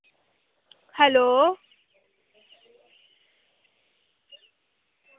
hello